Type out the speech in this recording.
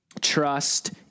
trust